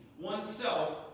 oneself